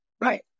Right